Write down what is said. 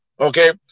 Okay